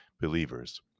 believers